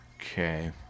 Okay